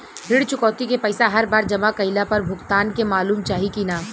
ऋण चुकौती के पैसा हर बार जमा कईला पर भुगतान के मालूम चाही की ना?